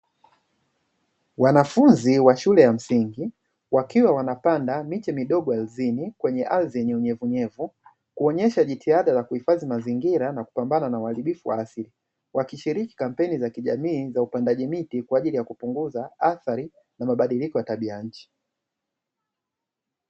Wanafunzi wa shule ya msingi wakiwa wanapanda miche midogo ardhini. kwenye ardhi yenye unyevu unyevu kuonesha jitihada za kuhifadhi mazingira na kupambana na uharibifu wa asili, wakifanya kampeni za kijamii za upandaji miti na kuounguza athari za mabadiliko ya tabia nchi.